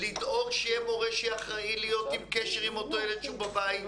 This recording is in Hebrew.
לדאוג שיהיה מורה שיהיה אחראי להיות בקשר עם אותו ילד שנמצא בבית.